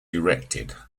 erected